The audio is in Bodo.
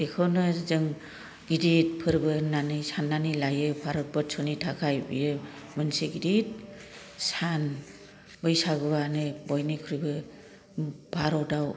बेखौनो जों गिदित फोरबो होन्नानै साननानै लायो भारतबोरसनि थाखाय बियो मोनसे गिदिर सान बैसागुवानो बयनिख्रुयबो भारताव